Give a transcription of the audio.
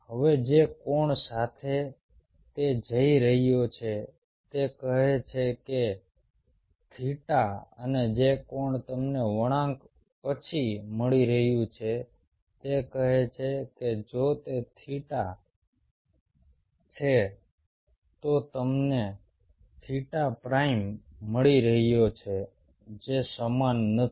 હવે જે કોણ સાથે તે જઈ રહ્યો છે તે કહે છે કે થીટા અને જે કોણ તમને વળાંક પછી મળી રહ્યું છે તે કહે છે કે જો તે થેટા છે તો તમને થેટા પ્રાઈમ મળી રહ્યો છે જે સમાન નથી